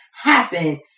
happen